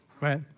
right